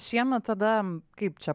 šiemet tada kaip čia